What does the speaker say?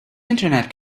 internet